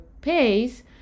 pace